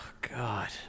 God